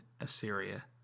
Assyria